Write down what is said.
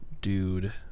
dude